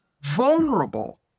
vulnerable